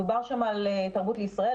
דובר שם על תרבות לישראל,